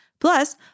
Plus